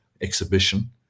exhibition